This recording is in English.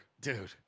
dude